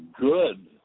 good